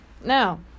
Now